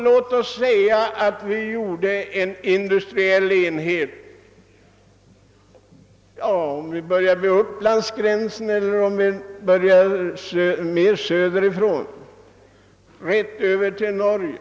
Låt oss anta att vi bygger upp en industriell enhet, från Upplandsgränsen eller längre söderifrån över till Norge.